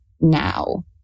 now